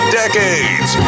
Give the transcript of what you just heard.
decades